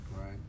Right